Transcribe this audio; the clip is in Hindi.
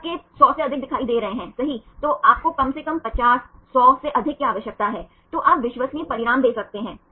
तो इस मामले में आप इन संरचनाओं को कोइल संरचनाओं के रूप में कह सकते हैं